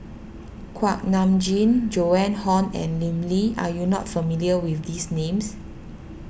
Kuak Nam Jin Joan Hon and Lim Lee are you not familiar with these names